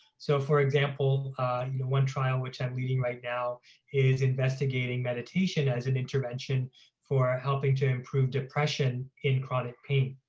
so for example, in one trial which i'm leading right now is investigating meditation as an intervention for helping to improve depression in chronic pain.